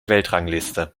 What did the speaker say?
weltrangliste